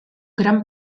gran